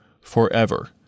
Forever